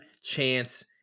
chance